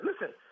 Listen